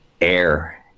air